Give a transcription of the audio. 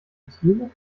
tiere